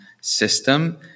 system